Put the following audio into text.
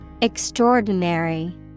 Extraordinary